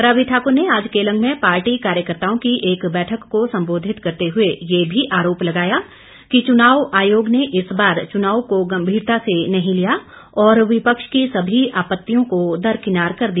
रवि ठाकुर ने आज केलंग में पार्टी कार्यकर्ताओं की एक बैठक को संबोधित करते हुए ये भी आरोप लगाया कि चुनाव आयोग ने इस बार चुनाव को गंभीरता से नहीं लिया और विपक्ष की सभी आपत्तियों को दरकिनार कर दिया